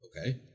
Okay